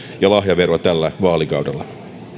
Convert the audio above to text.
ja lahjaveroa tällä vaalikaudella